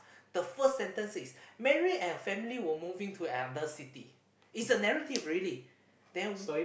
the first sentence is Mary and family were moving to Ever city it's a narrative really then